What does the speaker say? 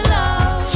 love